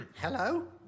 Hello